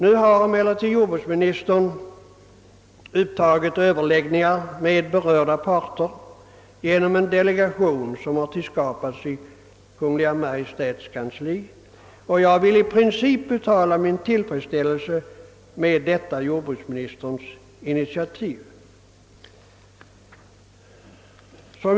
Nu har emellertid jordbruksministern upptagit överläggningar med berörda parter genom en delegation som har tillskapats i Kungl. Maj:ts kansli, och jag vill i princip uttala min tillfredsställelse med detta jordbruksministerns initiativ.